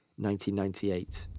1998